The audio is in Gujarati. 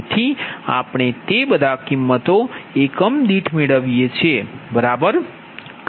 તેથી આપણે તે બધા કિંમતો એકમ દીઠ મેળવી છે બરાબર